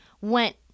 went